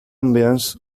ambience